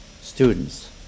students